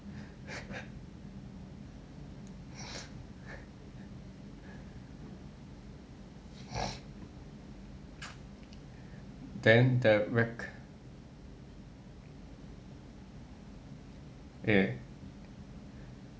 then the rec~